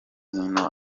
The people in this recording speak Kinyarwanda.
hino